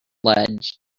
ledge